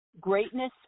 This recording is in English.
Greatness